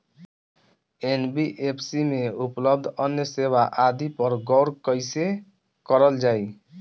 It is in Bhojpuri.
एन.बी.एफ.सी में उपलब्ध अन्य सेवा आदि पर गौर कइसे करल जाइ?